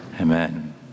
Amen